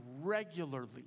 regularly